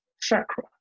chakra